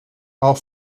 are